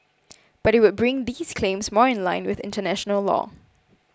but it would bring these claims more in line with international law